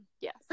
Yes